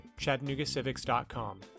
chattanoogacivics.com